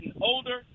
older